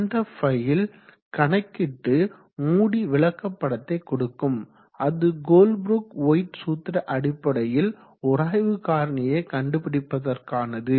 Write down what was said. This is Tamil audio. அந்த ஃபைல் கணக்கிட்டு மூடி விளக்கப்படத்தை கொடுக்கும் அது கோல்ப்ரூக் ஒயிட் சூத்திர அடிப்படையில் உராய்வு காரணியை கண்டுபிடிப்பதற்கானது